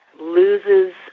loses